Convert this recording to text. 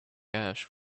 ash